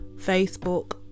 Facebook